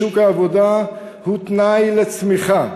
בשוק העבודה הוא תנאי לצמיחה.